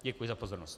Děkuji za pozornost.